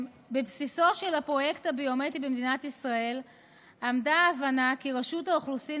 בבסיסו של הפרויקט הביומטרי במדינת ישראל עמדה ההבנה כי רשות האוכלוסין